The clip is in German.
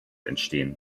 entstehen